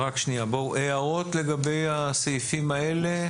הערות לגבי הסעיפים האלה?